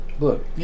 Look